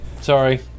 Sorry